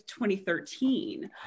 2013